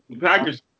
Packers